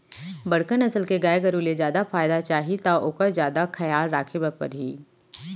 बड़का नसल के गाय गरू ले जादा फायदा चाही त ओकर जादा खयाल राखे बर परही